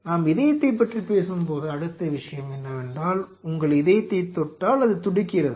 நாம் இதயத்தைப் பற்றி பேசும்போது அடுத்த விஷயம் என்னவென்றால் உங்கள் இதயத்தைத் தொட்டால் அது துடிக்கிறது